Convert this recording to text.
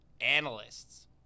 analysts